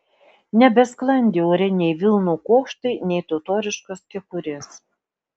nebesklandė ore nei vilnų kuokštai nei totoriškos kepurės